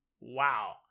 wow